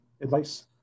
advice